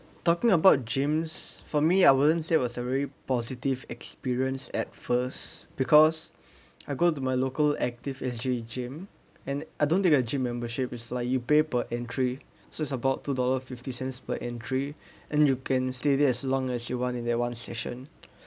talking about gyms for me I wouldn't say it was a very positive experience at first because I go to my local ActiveSG gym and I don't take a gym membership is like you pay per entry so it's about two dollar fifty cents per entry and you can stay there as long as you want in that one session